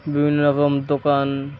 বিভিন্ন রকম দোকান